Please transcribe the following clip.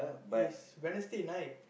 is Wednesday night